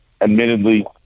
admittedly